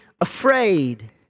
afraid